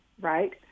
right